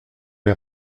les